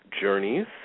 journeys